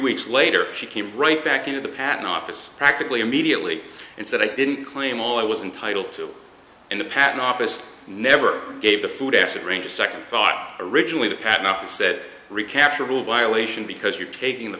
weeks later she came right back to the patent office practically immediately and said i didn't claim all i was entitle to and the patent office never gave the food acid rain a second thought originally the patent office said recapture will violation because you're taking the